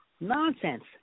nonsense